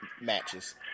matches